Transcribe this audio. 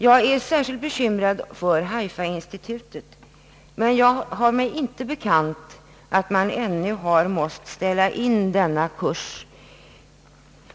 Jag är särskilt bekymrad för Haifa-institutet. Men jag har mig inte bekant att man ännu har måst ställa in denna kurs.